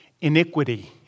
Iniquity